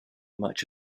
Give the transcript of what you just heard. much